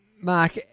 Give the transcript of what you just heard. Mark